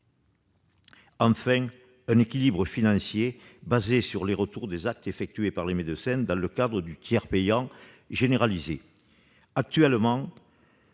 Enfin, un équilibre financier fondé sur les retours des actes effectués par les médecins dans le cadre du tiers payant généralisé. Actuellement,